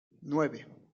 nueve